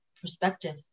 perspective